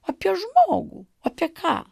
apie žmogų apie ką